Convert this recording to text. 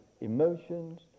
emotions